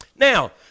Now